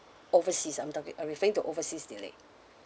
overseas I'm talki~ I'm referring to overseas delay